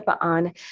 on